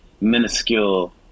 minuscule